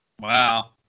Wow